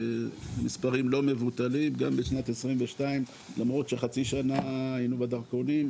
מספרים לא מבוטלים גם בשנת 2022 למרות שחצי שנה היהינו בדרכונים,